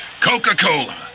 Coca-Cola